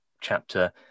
chapter